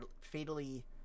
fatally